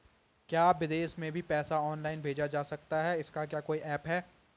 क्या विदेश में भी पैसा ऑनलाइन भेजा जा सकता है इसका क्या कोई ऐप है?